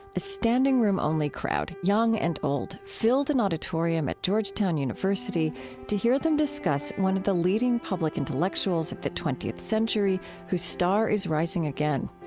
a standing-room-only crowd young and old filled an auditorium at georgetown university to hear them discuss one of the leading public intellectuals at the twentieth century whose star is rising again.